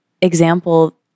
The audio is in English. example